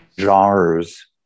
genres